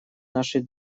нашей